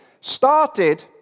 started